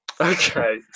Okay